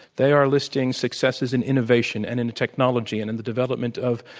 they are listing successes in innovation, and in technology, and in the development of